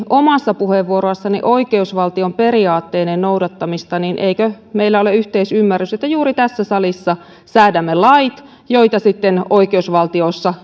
omassa puheenvuorossani oikeusvaltion periaatteiden noudattamista että eikö meillä ole yhteisymmärrys että juuri tässä salissa säädämme lait joita sitten oikeusvaltiossa